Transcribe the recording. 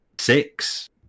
six